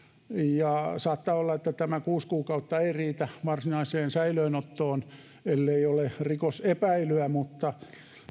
ja saattaa olla että tämä kuusi kuukautta ei riitä varsinaiseen säilöönottoon ellei ole rikosepäilyä mutta